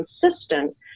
consistent